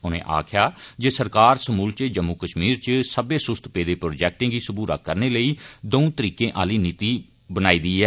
उनें आक्खेया जे सरकार समूलचे जम्मू कश्मीर इच सब्बै सुस्त पेदे प्रौजेक्टे गी सबूरा करने लेई दौं तरीके आहली नीति बनाई दी ऐ